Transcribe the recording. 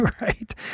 right